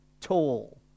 tall